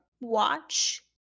watch